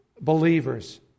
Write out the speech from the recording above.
believers